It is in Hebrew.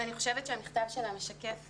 אני חושבת שהמכתב שלה משקף